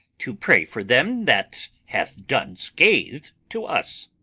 to pray for them that have done scathe to us!